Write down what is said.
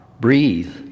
breathe